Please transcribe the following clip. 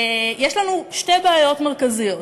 יש לנו שתי בעיות מרכזיות.